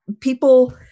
People